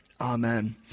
Amen